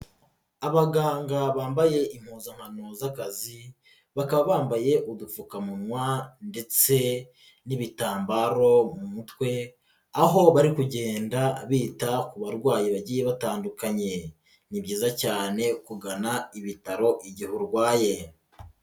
Abaganga bambaye impuzankano z'akazi, bakaba bambaye udupfukamunwa ndetse n'ibitambaro mu mutwe, aho bari kugenda bita ku barwayi bagiye batandukanye. Ni byiza cyane kugana ibitaro igihe urwaye.